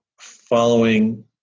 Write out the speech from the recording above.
following